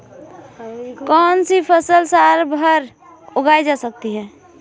कौनसी फसल साल भर उगाई जा सकती है?